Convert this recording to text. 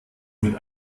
mit